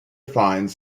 finds